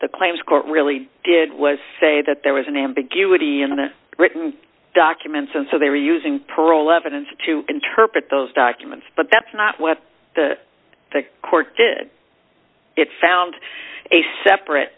the claims court really did was say that there was an ambiguity in the written documents and so they were using perl evidence to interpret those documents but that's not what the court did it found a separate